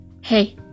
Hey